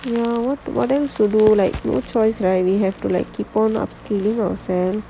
ya what else to do no choice right we got to keep on upgrading ourselves